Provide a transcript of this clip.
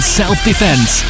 self-defense